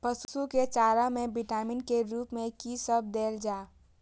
पशु के चारा में विटामिन के रूप में कि सब देल जा?